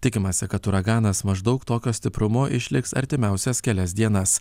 tikimasi kad uraganas maždaug tokio stiprumo išliks artimiausias kelias dienas